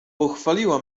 pochwaliła